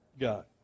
God